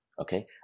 Okay